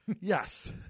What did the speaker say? Yes